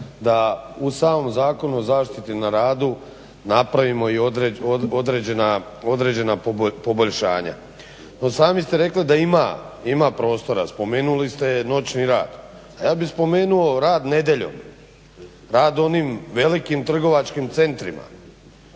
da u samom Zakonu o zaštiti na radu napravimo i određena poboljšanja. No, sami ste rekli da ima prostora. Spomenuli ste noćni rad. a ja bih spomenuo rad nedjeljom, rad u onim velikim trgovačkim centrima,